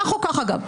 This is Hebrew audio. כך או כך אגב.